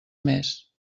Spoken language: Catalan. més